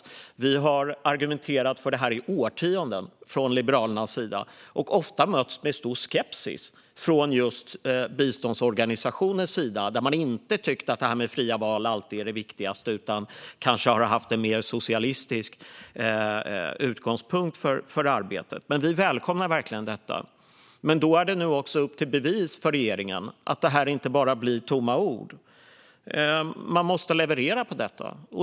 Liberalerna har argumenterat för det i årtionden och ofta mötts med stor skepsis från just biståndsorganisationer, som inte har tyckt att det här med fria val alltid är det viktigaste. De har kanske haft en mer socialistisk utgångspunkt för arbetet. Vi välkomnar verkligen detta. Nu är det upp till bevis för regeringen, så att det inte bara blir tomma ord. Man måste leverera.